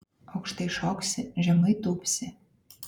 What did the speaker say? aukštai šoksi žemai tūpsi